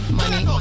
money